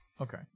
okay